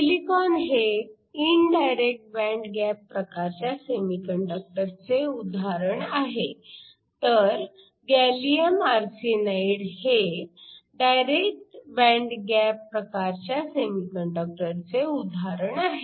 silicon हे indirect band gap प्रकारच्या सेमीकंडक्टरचे उदाहरण आहे तर गॅलीअम आर्सेनाईड हे डायरेक्ट बँड गॅप प्रकारच्या सेमीकंडक्टरचे उदाहरण आहे